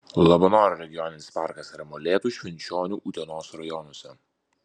labanoro regioninis parkas yra molėtų švenčionių utenos rajonuose